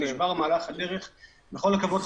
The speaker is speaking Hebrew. בכל הכבוד,